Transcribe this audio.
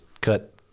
cut